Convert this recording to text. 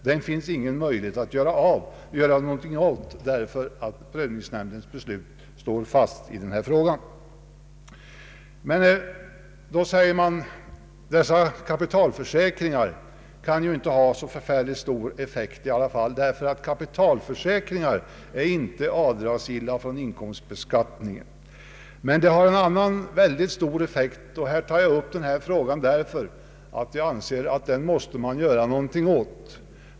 Det finns ingen möjlighet att göra något åt detta därför att prövningsnämndernas beslut står fast. Man säger då att dessa kapitalförsäkringar inte kan ha så förfärligt stor effekt därför att de inte är avdragsgilla vid inkomstbeskattningen. Men de har en annan väldigt stor effekt, och jag tar upp frågan därför att jag anser att något måste göras.